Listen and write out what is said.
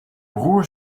broer